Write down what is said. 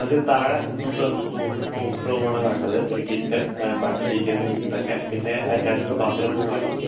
നമുക്ക് താഴെ നാല് റൂം മുകലിൽ മൂന്ന് റൂമുമാണ് വേണ്ടത് ഒരു കിച്ചൻ ബാക്കി ഡീറ്റെയിൽസ് ഇതൊക്കെ ഒക്കെ പിന്നെ അറ്റാച്ചഡ് ബാത്റൂം വേണം